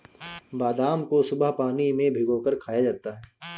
बादाम को सुबह पानी में भिगोकर खाया जाता है